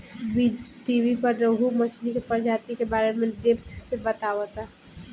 बीज़टीवी पर रोहु मछली के प्रजाति के बारे में डेप्थ से बतावता